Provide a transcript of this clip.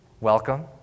welcome